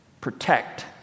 Protect